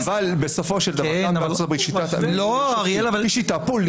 בסופו של דבר השיטה היא שיטה פוליטית.